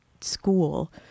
School